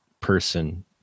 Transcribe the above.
person